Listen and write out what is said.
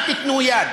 אל תיתנו יד,